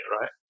right